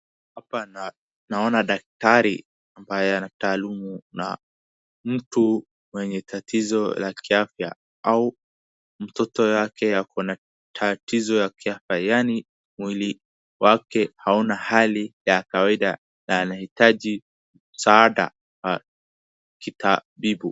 Hapa na, naona daktari ambaye anataalumu na mtu mwenye tatizo la kiafya, au mtoto yake ako na tatizo ya kiafya, yani mwili wake hauna hali ya kawaida na anahitaji msaada wa kitabibu.